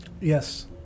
Yes